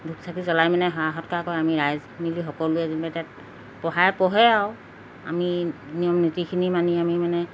ধূপ চাকি জ্বলাই মানে সেৱা সৎকাৰ কৰে আমি ৰাইজ মিলি সকলোৱে যেনিবা তাত পঢ়াই পঢ়ে আৰু আমি নিয়ম নীতিখিনি মানি আমি মানে